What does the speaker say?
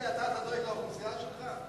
תגיד לי, אתה דואג לאוכלוסייה שלך?